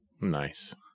Nice